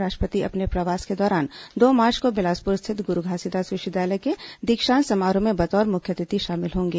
राष्ट्रपति अपने प्रवास के दौरान दो मार्च को बिलासपुर स्थित गुरू घासीदास विश्वविद्यालय के दीक्षांत समारोह में बतौर मुख्य अतिथि शामिल होंगे